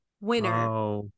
Winner